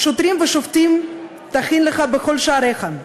"שֹפטים ושֹטרים תתן לך בכל שעריך,